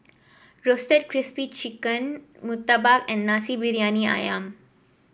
Roasted Crispy Spring Chicken murtabak and Nasi Briyani ayam